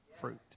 fruit